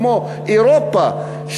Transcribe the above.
כמו אירופה,